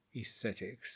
aesthetics